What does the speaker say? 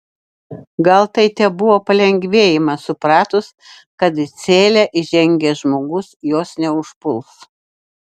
gal tai tebuvo palengvėjimas supratus kad į celę įžengęs žmogus jos neužpuls